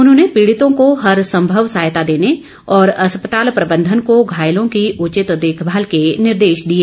उन्होंने पीडितों को हर संभव सहायता देने और अस्पताल प्रबंधन को घायलों की उचित देखभाल के निर्देश दिए